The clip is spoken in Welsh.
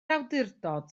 awdurdod